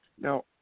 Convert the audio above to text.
now